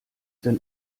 denn